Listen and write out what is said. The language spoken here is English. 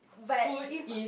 but if